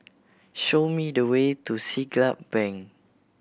show me the way to Siglap Bank